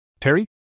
Terry